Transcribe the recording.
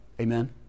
Amen